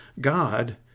God